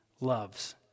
loves